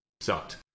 sucked